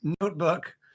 notebook